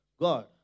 God